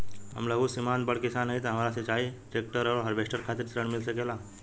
हम लघु सीमांत बड़ किसान हईं त हमरा सिंचाई ट्रेक्टर और हार्वेस्टर खातिर ऋण मिल सकेला का?